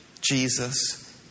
Jesus